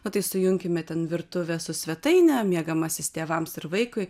nu tai sujunkime ten virtuvę su svetaine miegamasis tėvams ir vaikui